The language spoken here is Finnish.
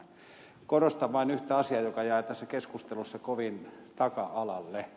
korostan vain yhtä asiaa joka jäi tässä keskustelussa kovin taka alalle